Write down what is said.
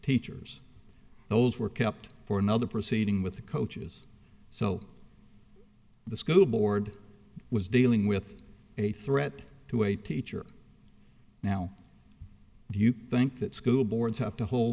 teachers those were kept for another proceeding with the coaches so the school board was dealing with a threat to a teacher now do you think that school boards have to hold